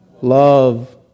love